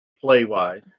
play-wise